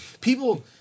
people